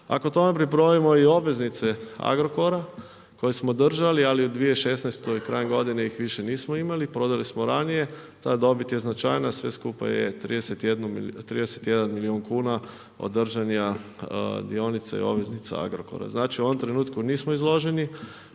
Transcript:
ako tome pribrojimo i obveznice Agrokora koje smo držali, ali u 2016. krajem godine ih više nismo imali, prodali smo ranije, ta dobit je značajna sve skupa je 31 milijun kuna od držanja dionica i obveznica Agrokora. Znači u ovom trenutku nismo izloženi